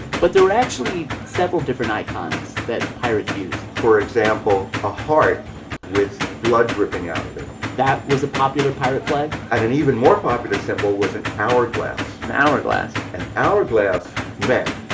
but there are actually several different icons that pirates used for example, a heart with blood dripping out of it that was a popular pirate flag? and an even more popular symbol was an hourglass an hourglass? an hourglass meant,